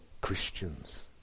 Christians